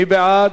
מי בעד?